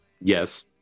Yes